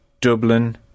Dublin